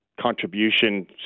contribution